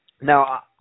Now